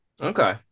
okay